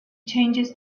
changes